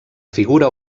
figura